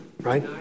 right